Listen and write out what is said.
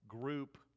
group